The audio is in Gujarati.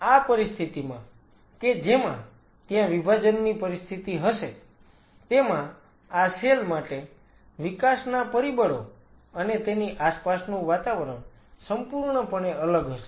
હવે આ પરિસ્થિતિમાં કે જેમાં ત્યાં વિભાજનની પરિસ્થિતિ હશે તેમાં આ સેલ માટે વિકાસના પરિબળો અને તેની આસપાસનું વાતાવરણ સંપૂર્ણપણે અલગ હશે